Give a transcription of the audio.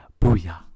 Booyah